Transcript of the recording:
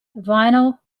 vinyl